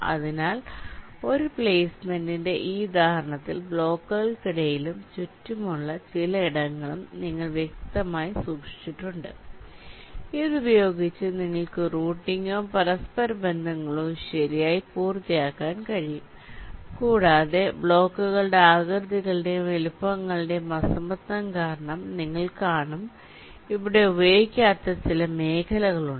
അതിനാൽ ഒരു പ്ലെയ്സ്മെന്റിന്റെ ഈ ഉദാഹരണത്തിൽ ബ്ലോക്കുകൾക്കിടയിലും ചുറ്റുമുള്ള ചില ഇടങ്ങളും നിങ്ങൾ വ്യക്തമായി സൂക്ഷിച്ചിട്ടുണ്ട് ഇത് ഉപയോഗിച്ച് നിങ്ങൾക്ക് റൂട്ടിംഗോ പരസ്പരബന്ധങ്ങളോ ശരിയായി പൂർത്തിയാക്കാൻ കഴിയും കൂടാതെ ബ്ലോക്കുകളുടെ ആകൃതികളുടെയും വലുപ്പങ്ങളുടെയും അസമത്വം കാരണം നിങ്ങൾ കാണും ഇവിടെ ഉപയോഗിക്കാത്ത ചില മേഖലകളുണ്ട്